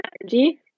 energy